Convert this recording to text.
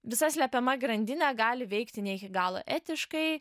visa slėpiama grandinė gali veikti ne iki galo etiškai